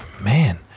man